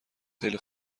خیلی